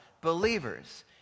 believers